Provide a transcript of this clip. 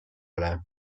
ole